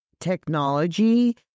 technology